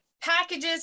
packages